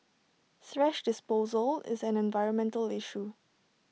thrash disposal is an environmental issue